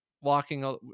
Walking